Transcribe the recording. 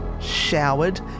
showered